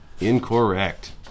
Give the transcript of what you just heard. Incorrect